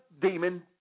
demon